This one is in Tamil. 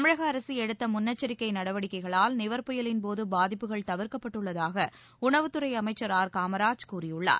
தமிழக அரசு எடுத்து முன்னெச்சரிக்கை நடவடிக்கைகளால் நிவர் புயலின் போது பாதிப்புகள் தவிர்க்கப்பட்டுள்ளதாக உணவுத்துறை அமைச்சர் ஆர் காமராஜ் கூறியுள்ளார்